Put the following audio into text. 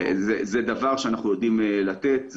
זה דבר שאנחנו יודעים לתת.